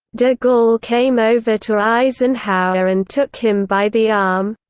de gaulle came over to eisenhower and took him by the arm.